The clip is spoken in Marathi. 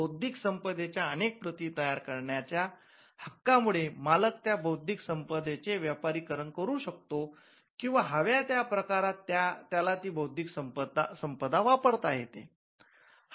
बौद्धिक संपदेच्या अनेक प्रती तयार करण्याच्या हक्का मुळे मालक त्या बौद्धिक संपदेचे व्यापारीकरण करू शकतो किंवा हव्या त्या प्रकारात त्याला ती बौद्धिक संपदा वापरता येते